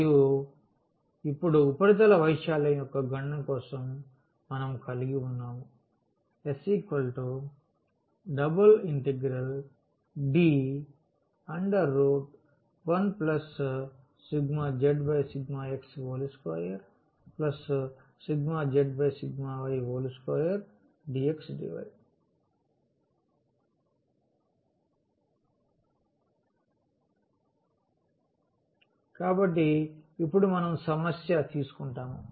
మరియు ఇప్పుడు ఉపరితల వైశాల్యం యొక్క గణన కోసం మనము కలిగివున్నాము S∬D1∂z∂x2∂z∂y2dxdy ఉన్న కాబట్టి ఇప్పుడు మనం సమస్య తీసుకుంటాము